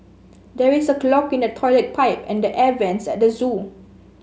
there is a clog in the toilet pipe and the air vents at the zoo